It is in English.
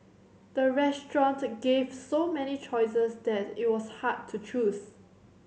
the restaurant gave so many choices that it was hard to choose